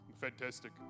Fantastic